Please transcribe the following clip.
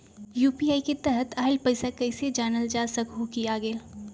UPI के तहत आइल पैसा कईसे जानल जा सकहु की आ गेल?